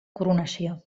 coronació